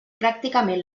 pràcticament